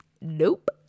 nope